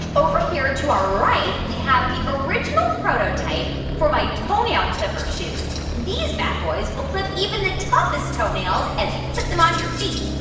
over here to our right, we have the original prototype for my toenail clipper shoes. these bad boys will clip even the toughest toenails as you put them on your feet.